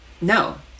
No